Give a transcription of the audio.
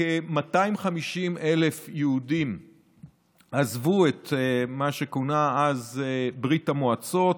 כ-250,000 יהודים עזבו את מה שכונה אז ברית המועצות,